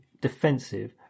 defensive